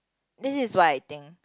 this is what I think